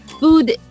Food